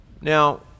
Now